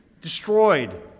destroyed